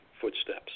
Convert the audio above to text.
footsteps